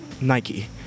Nike